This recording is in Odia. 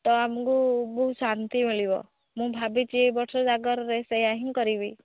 ତ ଆମକୁ ବହୁତ ଶାନ୍ତି ମିଳିବ ମୁଁ ଭାବିଛି ଏହି ବର୍ଷ ଜାଗର ରେ ସେୟା ହିଁ କରିବି